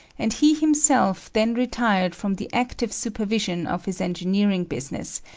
and he himself then retired from the active supervision of his engineering business,